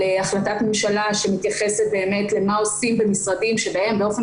החלטת ממשלה שמתייחסת למה עושים במשרדים שבהם באופן